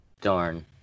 Darn